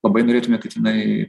labai norėtume kad jinai